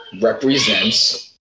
represents